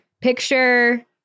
Picture